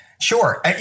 Sure